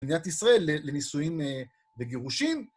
מדינת ישראל לנישואים וגירושים.